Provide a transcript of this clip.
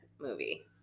movie